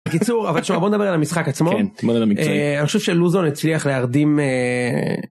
קיצור אבל עכשיו בוא נדבר על המשחק עצמו. אני חושב שלוזון הצליח להרדים.